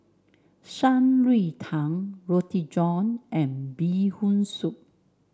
Shan Rui Tang Roti John and Bee Hoon Soup